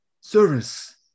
Service